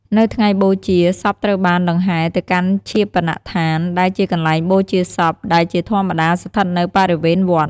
នៅថ្ងៃបូជា សពត្រូវបានដង្ហែទៅកាន់ឈាបនដ្ឋាន ដែលជាកន្លែងបូជាសព ដែលជាធម្មតាស្ថិតនៅបរិវេណវត្ត។